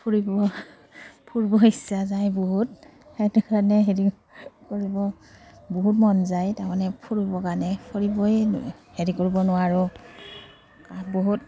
ফুৰিব ফুৰিব ইচ্ছা যায় বহুত সেইটো কাৰণে হেৰি কৰিব বহুত মন যায় তাৰমানে ফুৰিবৰ কাৰণে ফুৰিবই হেৰি কৰিব নোৱাৰোঁ বহুত